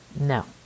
no